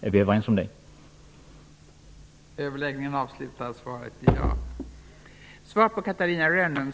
Är vi överens om detta?